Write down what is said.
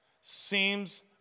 seems